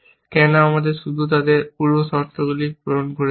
কেন আমরা শুধু তাদের পূর্বশর্তগুলো পূরণ করেছি